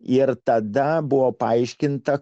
ir tada buvo paaiškinta